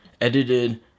Edited